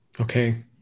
Okay